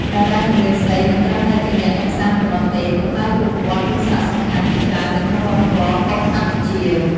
តារាចម្រៀងស្រីមិនត្រឹមតែជាអ្នកកម្សាន្តប៉ុណ្ណោះទេ ប៉ុន្តែពួកគាត់មាន សារៈសំខាន់ ជាច្រើននៅក្នុងវប្បធម៌ប៉ុបកម្ពុជា។